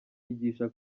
yigisha